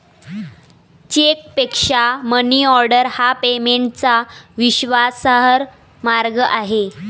चेकपेक्षा मनीऑर्डर हा पेमेंटचा विश्वासार्ह मार्ग आहे